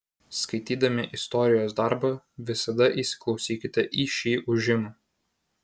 skaitydami istorijos darbą visada įsiklausykite į šį ūžimą